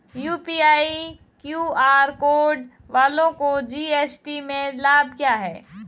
UPI QR code वालों को GST में लाभ क्या है?